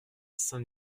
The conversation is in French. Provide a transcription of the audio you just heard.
saint